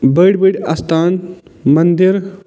بٔڑۍ بٔڑۍ استان مندِر